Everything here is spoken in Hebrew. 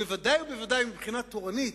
וודאי ובוודאי מבחינה תורנית,